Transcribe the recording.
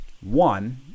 One